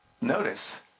Notice